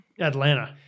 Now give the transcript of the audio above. Atlanta